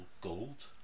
gold